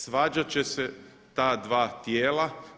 Svađat će se ta dva tijela.